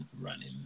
running